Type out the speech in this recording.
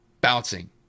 bouncing